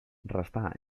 restà